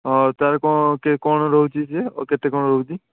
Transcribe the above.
ହଁ ତା'ର କ'ଣ କେ କ'ଣ ରହୁଛି ଯେ ଓ କେତେ କ'ଣ ରହୁଛି